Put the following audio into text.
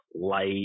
light